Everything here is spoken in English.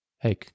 Hey